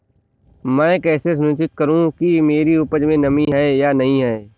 मैं कैसे सुनिश्चित करूँ कि मेरी उपज में नमी है या नहीं है?